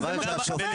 זה מה שאתה תקבל.